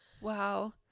Wow